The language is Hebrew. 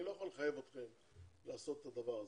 אני לא יכול לחייב אתכם לעשות את הדבר הזה,